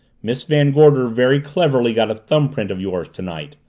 miss van gorder very cleverly got a thumbprint of yours tonight.